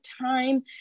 time